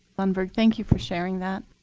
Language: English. lundberg. thank you for sharing that.